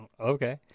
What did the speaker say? Okay